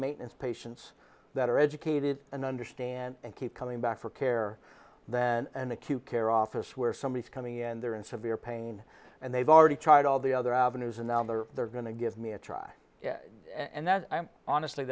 maintenance patients that are educated and understand and keep coming back for care than an acute care office where somebody is coming in and they're in severe pain and they've already tried all the other avenues and now they're they're going to give me a try and that i'm honestly